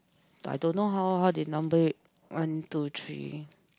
but I don't know how how they number it one two three